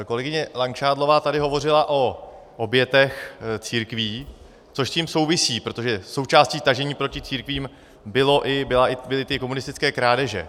Kolegyně Langšádlová tady hovořila o obětech církví, což s tím souvisí, protože součástí tažení proti církvím byly i komunistické krádeže.